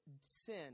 sin